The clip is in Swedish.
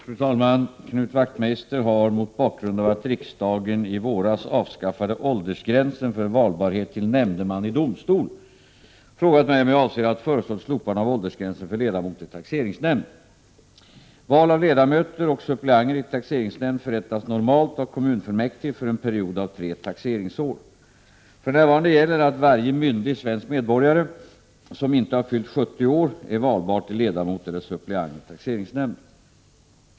Fru talman! Knut Wachtmeister har — mot bakgrund av att riksdagen i våras avskaffade åldersgränsen för valbarhet till nämndeman i domstol — frågat mig om jag avser att föreslå ett slopande av åldersgränsen för ledamot i taxeringsnämnd. Val av ledamöter och suppleanter i taxeringsnämnd förrättas normalt av kommunfullmäktige för en period av tre taxeringsår. För närvarande gäller att varje myndig svensk medborgare, som inte har fyllt 70 år, är valbar till ledamot eller suppleant i taxeringsnämnd.